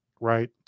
right